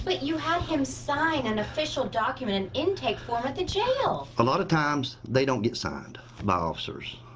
but you had him sign an official document, an intake form at the jail! alot of times, they don't get signed by officers.